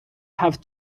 have